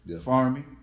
farming